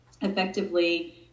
effectively